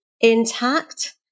intact